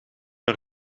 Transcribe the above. een